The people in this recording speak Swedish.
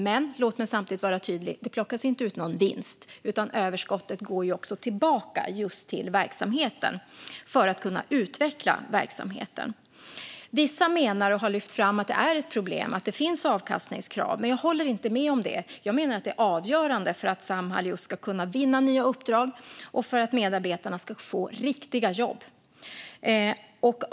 Men låt mig samtidigt vara tydlig: Det plockas inte ut någon vinst, utan överskottet går tillbaka till verksamheten för att den ska kunna utvecklas. Vissa menar och har lyft fram att det är ett problem att det finns avkastningskrav, men jag håller inte med om det. Jag menar att det är avgörande för att Samhall ska kunna vinna nya uppdrag och för att medarbetarna ska kunna få riktiga jobb.